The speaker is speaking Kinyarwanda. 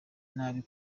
nabi